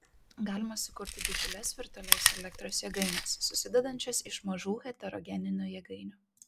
galima sukurti didžiules virtualias elektros jėgaines susidedančias iš mažų heterogeninių jėgainių